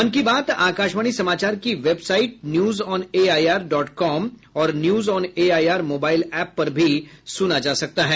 मन की बात आकाशवाणी समाचार की वेबसाइट न्यूजऑनएआईआर डॉट कॉम और न्यूजऑनएआईआर मोबाईल एप पर भी सुना जा सकता है